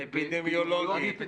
יטפלו אפידמיולוגית,